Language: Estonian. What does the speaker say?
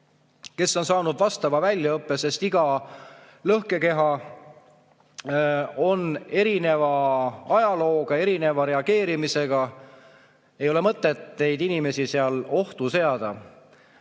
kes on saanud väljaõppe, sest iga lõhkekeha on erineva ajalooga, erineva reageerimisega. Ei ole mõtet neid inimesi ohtu seada.